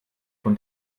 von